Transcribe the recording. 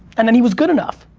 and then he was good enough.